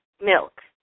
milk